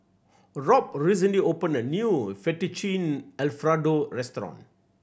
Rob recently opened a new Fettuccine Alfredo restaurant